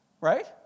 Right